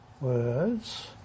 words